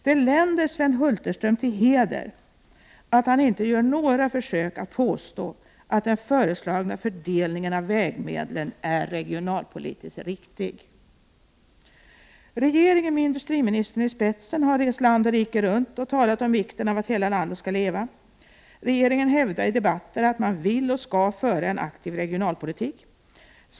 Det länder Sven Hulterström till heder att han inte gör några försök att påstå att den föreslagna fördelningen av vägmedlen är regionalpolitiskt riktig. Regeringen med industriministern i spetsen har rest land och rike runt och talat om vikten av att hela landet skall leva. Regeringen hävdar i debatter att man vill och skall föra en aktiv regionalpolitik.